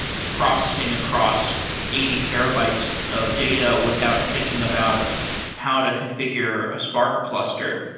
and processing across eighty terabytes of data without thinking about how to configure a spark cluster.